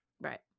right